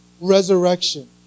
resurrection